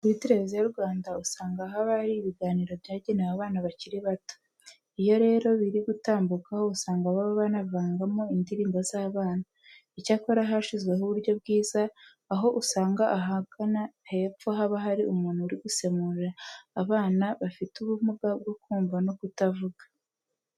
Kuri Televiziyo Rwanda usanga haba hari ibiganiro byagenewe abana bakiri bato. Iyo rero biri gutambukaho usanga baba banavangamo indirimbo z'abana. Icyakora hashyizweho uburyo bwiza, aho usanga ahagana hepfo haba hari umuntu uri gusemurira abana bafite ubumuga bwo kumva no kutavuga.